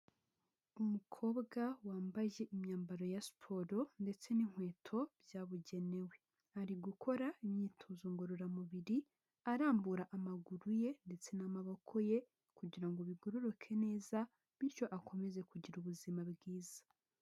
Umukobwa wambaye imyambaro ya siporo ndetse n'inkweto byabugenewe, ari gukora imyitozo ngororamubiri arambura amaguru ye ndetse n'amaboko ye kugira ngo bigororoke neza bityo akomeze kugira ubuzima bwiza.